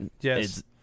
Yes